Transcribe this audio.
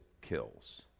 kills